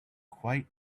quite